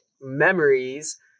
memories